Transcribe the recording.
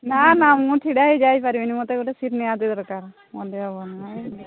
ନା ନା ମୁଁ ଛିଡ଼ା ହୋଇ ଯାଇପାରିବିନି ମୋତେ ଗୋଟେ ସିଟ୍ ଦରକାର ମୋ ଦେହ ଭଲ ନାହିଁ